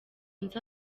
nzi